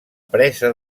presa